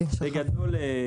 בצד.